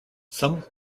some